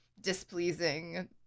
displeasing